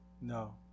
No